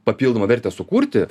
papildomą vertę sukurti